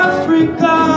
Africa